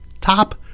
top